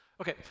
Okay